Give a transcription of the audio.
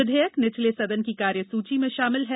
विधेयक निचले सदन की कार्यसूची में शामिल है